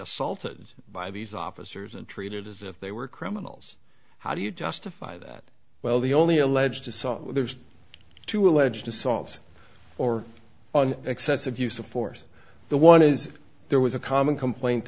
assaulted by these officers and treated as if they were criminals how do you justify that well the only alleged assault there's two alleged assaults or on excessive use of force the one is there was a common complaint